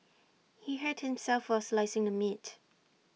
he hurt himself while slicing the meat